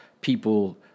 people